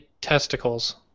testicles